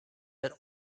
that